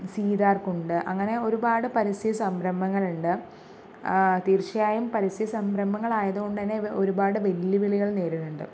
സീതാർകുണ്ട് അങ്ങനെ ഒരുപാട് പരിസ്ഥിതി സംരംഭങ്ങളുണ്ട് തീർച്ചയായും പരിസ്ഥിതി സംരംഭങ്ങളായതു കൊണ്ടു തന്നെ ഒരുപാട് വെല്ലുവിളികൾ നേരിടുന്നുണ്ട്